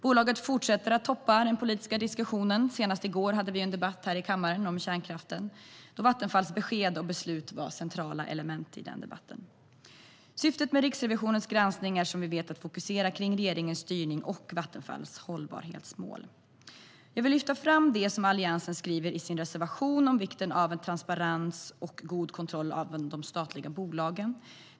Bolaget fortsätter att toppa den politiska diskussionen. Senast i går hade vi en debatt om kärnkraften här i kammaren där Vattenfalls besked och beslut var centrala element. Syftet med Riksrevisionens granskning är som vi vet att fokusera på regeringens styrning och Vattenfalls hållbarhetsmål. Jag vill lyfta fram det som Alliansen skriver i sin reservation om vikten av transparens och god kontroll av de statliga bolagen.